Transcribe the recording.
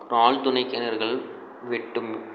அப்புறம் ஆழ்துளை கிணறுகள் வெட்டும்